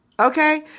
Okay